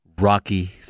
Rocky